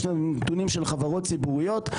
יש לנו נתונים של חברות ציבוריות.